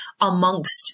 amongst